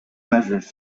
measures